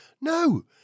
No